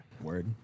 Word